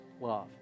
love